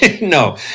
No